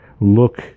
Look